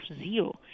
zero